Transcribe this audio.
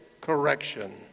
correction